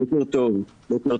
בוקר טוב לאופיר,